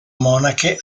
monache